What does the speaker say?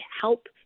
help